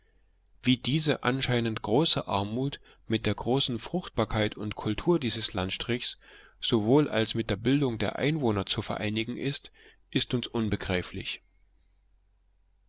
wie diese anscheinend große armut mit der großen fruchtbarkeit und kultur dieses landstrichs sowohl als mit der bildung der einwohner zu vereinigen ist ist uns unbegreiflich